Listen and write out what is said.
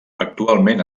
actualment